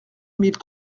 mille